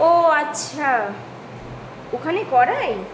ও আচ্ছা ওখানে করায়